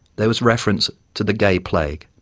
there was reference to the gay plague.